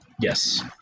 Yes